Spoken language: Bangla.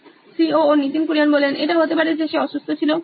Nitin Kurian C O O নোইন ইলেকট্রনিক্স এটা হতে পারে যে সে অসুস্থ ছিল